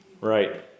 Right